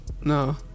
No